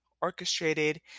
orchestrated